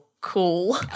cool